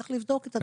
צריך לבדוק את זה.